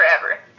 forever